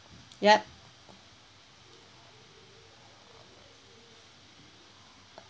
ya